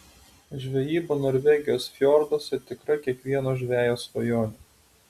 žvejyba norvegijos fjorduose tikra kiekvieno žvejo svajonė